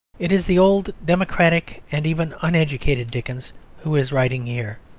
it is the old democratic and even uneducated dickens who is writing here.